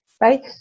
right